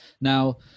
Now